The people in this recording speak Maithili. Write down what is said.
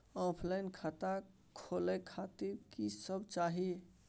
ऑफलाइन खाता खोले खातिर की सब चाही?